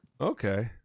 Okay